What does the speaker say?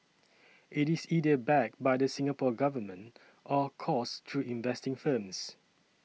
it is either backed by the Singapore Government or coursed through investing firms